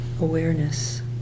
awareness